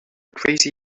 crazy